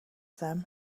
them